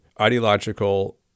ideological